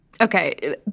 Okay